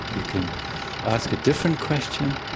you can ask a different question,